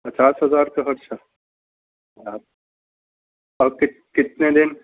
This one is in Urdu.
پچاس ہزار کا خرچہ یار اور کتنے دن